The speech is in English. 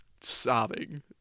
sobbing